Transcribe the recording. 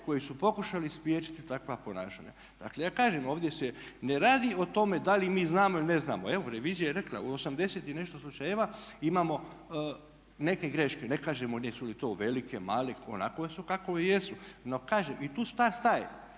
koji su pokušali spriječiti takva ponašanja. Dakle ja kažem, ovdje se ne radi o tome da li mi znamo ili ne znamo, evo revizija je rekla u 80 i nešto slučajeva imamo neke greške. Ne kažemo jesu li to velike, male, onakve su kakve jesu. No kažem i tu stvar staje